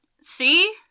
See